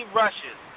rushes